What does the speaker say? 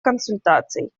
консультаций